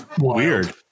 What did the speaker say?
Weird